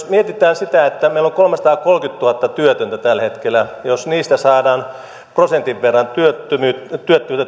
mietitään sitä että meillä on kolmesataakolmekymmentätuhatta työtöntä tällä hetkellä ja jos saadaan prosentin verran työttömyyttä